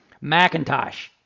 Macintosh